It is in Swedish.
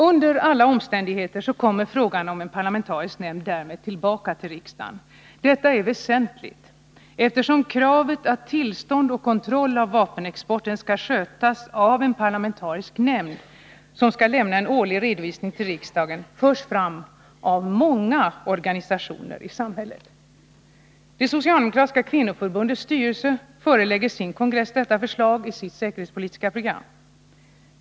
Under alla omständigheter kommer frågan om en parlamentarisk nämnd därmed tillbaka till riksdagen. Detta är väsentligt, eftersom kravet på att tillstånd och kontroll av vapenexporten skall skötas av en parlamentarisk nämnd, som årligen skall lämna redovisning till riksdagen, förs fram av många organisationer i samhället. Det socialdemokratiska kvinnoförbundets styrelse förelägger sin kongress detta förslag i sitt säkerhetspolitiska program.